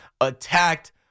attacked